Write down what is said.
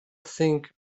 think